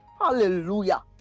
hallelujah